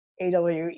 awe